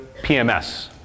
PMS